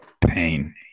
Pain